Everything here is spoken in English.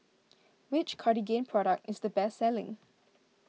which Cartigain product is the best selling